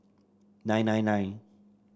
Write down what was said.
nine nine nine